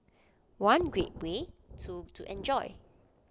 one great way two to enjoy